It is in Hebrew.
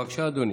בבקשה, אדוני.